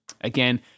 Again